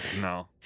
No